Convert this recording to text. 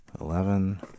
eleven